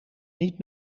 niet